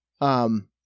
Um-